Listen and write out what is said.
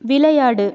விளையாடு